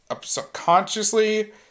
subconsciously